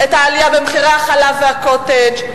העלייה במחירי החלב והקוטג',